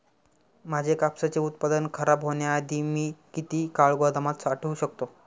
माझे कापसाचे उत्पादन खराब होण्याआधी मी किती काळ गोदामात साठवू शकतो?